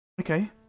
Okay